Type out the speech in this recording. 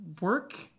work